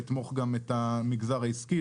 לתמוך גם את המגזר העסקי,